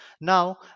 Now